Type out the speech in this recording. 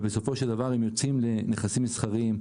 ובסופו של דבר הם יוצאים לנכסים מסחריים,